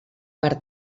per